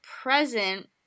present